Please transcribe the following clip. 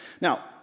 now